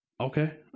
Okay